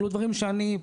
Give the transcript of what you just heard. אלו דברים שאני,